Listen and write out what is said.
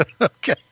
Okay